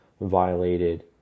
violated